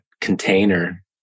container